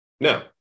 Now